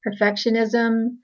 perfectionism